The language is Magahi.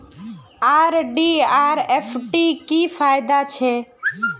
आर.डी आर एफ.डी की फ़ायदा छे?